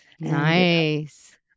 nice